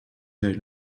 very